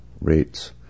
rates